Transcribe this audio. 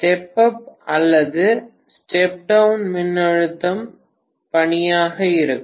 step up அல்லது step down மின்னழுத்தம் பணியாக இருக்கும்